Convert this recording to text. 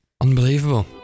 Unbelievable